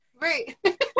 Right